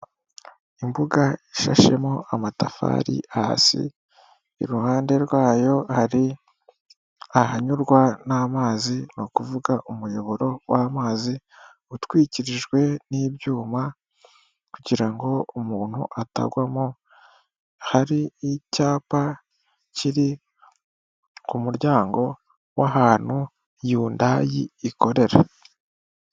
Imbuga ishashemo amatafari hasi iruhande rwayo hari ahanyurwa n'amazi ni ukuvuga umuyoboro w'amazi utwikirijwe n'ibyuma kugira ngo umuntu atagwamo, hari icyapa kiri ku muryango w'ahantu yundayi ikorera.